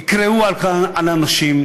יקראו על האנשים,